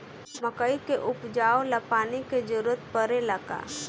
मकई के उपजाव ला पानी के जरूरत परेला का?